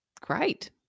great